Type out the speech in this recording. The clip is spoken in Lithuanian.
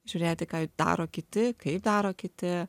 žiūrėti ką daro kiti kaip daro kiti